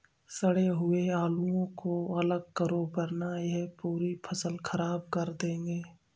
सड़े हुए आलुओं को अलग करो वरना यह पूरी फसल खराब कर देंगे